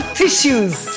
tissues